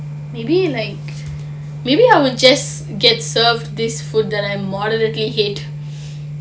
maybe like maybe I'll just get served this food that I moderately hate